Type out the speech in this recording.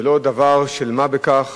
זה לא דבר של מה בכך